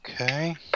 Okay